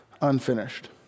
unfinished